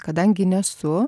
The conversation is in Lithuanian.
kadangi nesu